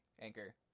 Anchor